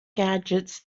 gadgets